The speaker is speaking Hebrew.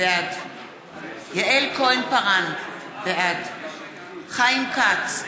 בעד יעל כהן-פארן, בעד חיים כץ,